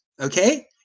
Okay